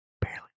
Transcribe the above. barely